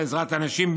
לעזרת הנשים,